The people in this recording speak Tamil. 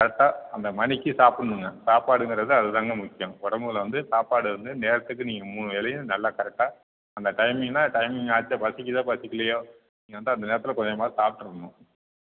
கரெக்டாக அந்த மணிக்கு சாப்பிட்ணுங்க சாப்பாடுங்கறது அதுதாங்க முக்கியம் உடம்புல வந்து சாப்பாடு வந்து நேரத்துக்கு நீங்கள் மூணு வேளையும் நல்லா கரெக்டாக அந்த டைம்மிங்ன்னா டைம்மிங் ஆச்சோ பசிக்கிதோ பசிக்கலையோ நீங்கள் வந்து அந்த நேரத்தில் கொஞ்சமாவது சாப்பிட்ரணும்